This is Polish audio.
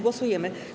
Głosujemy.